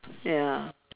ya